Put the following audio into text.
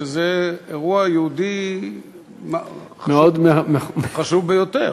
שזה אירוע יהודי חשוב ביותר.